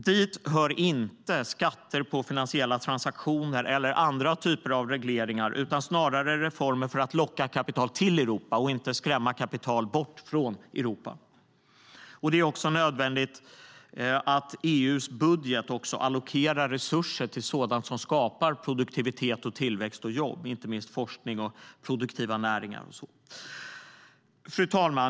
Dit hör inte skatter på finansiella transaktioner eller andra typer av regleringar, utan snarare reformer för att locka kapital till Europa i stället för att skrämma kapital bort från Europa. Det är också nödvändigt att EU:s budget allokerar resurser till sådant som skapar produktivitet, tillväxt och jobb, inte minst forskning och produktiva näringar. Fru talman!